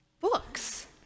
books